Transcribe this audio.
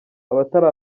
abatari